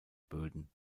böden